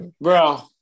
Bro